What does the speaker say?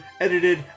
edited